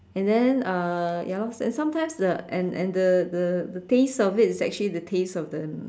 and then uh ya lor then sometimes the and and the the the taste of it is actually the taste of the